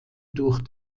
durch